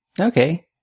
Okay